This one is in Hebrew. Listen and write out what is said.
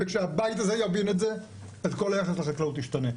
כשהבית הזה יבין את זה, אז כל היחס לחקלאות ישתנה.